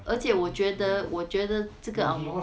而且我觉得我觉得这个:er chia wah chia to woh chia ta chia ke ang moh